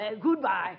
Goodbye